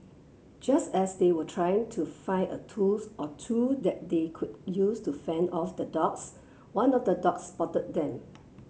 just as they were trying to find a tools or two that they could use to fend off the dogs one of the dogs spotted them